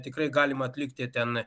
tikrai galima atlikti ten